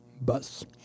Bus